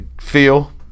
feel